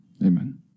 Amen